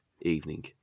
evening